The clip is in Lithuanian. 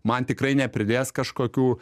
man tikrai nepridės kažkokių